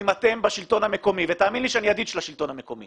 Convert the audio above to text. אם אתם בשלטון המקומי ותאמין לי שאני ידיד של השלטון המקומי.